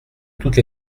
toutes